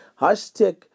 Hashtag